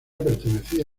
pertenecía